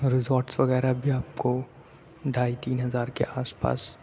resorts وغیرہ بھی آپ کو ڈھائی تین ہزار کے آس پاس